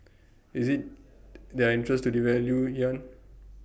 is IT their interest to devalue yuan